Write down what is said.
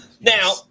Now